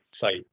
site